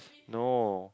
no